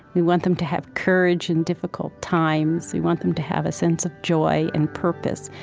we want them to have courage in difficult times. we want them to have a sense of joy and purpose.